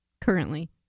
currently